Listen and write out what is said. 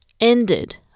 ended